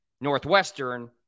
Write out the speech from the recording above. Northwestern